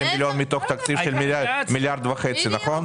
מיליון מתוך תקציב של מיליארד וחצי שקלים.